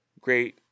Great